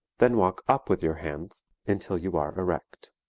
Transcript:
then walk up with your hands until you are erect.